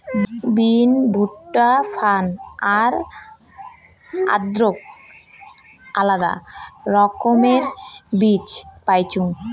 বিন, ভুট্টা, ফার্ন আর আদৌক আলাদা রকমের বীজ পাইচুঙ